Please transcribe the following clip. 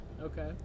Okay